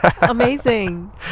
amazing